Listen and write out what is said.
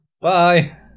Bye